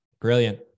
Brilliant